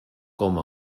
com